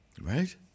right